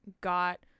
got